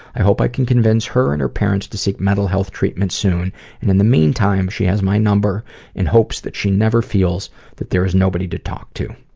i hope i can convince her and her parents to seek mental health treatment soon and in the meantime, she has my number in hopes that she never feels that there is nobody to talk to.